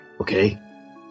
okay